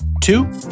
Two